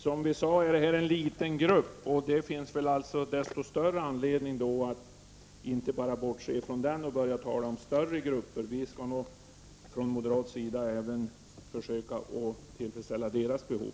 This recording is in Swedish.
Som vi har sagt, är detta en liten grupp, och det finns då desto större anledning att inte bara bortse från den och börja tala om större grupper. Vi skall från moderat sida försöka tillfredsställa även deras behov.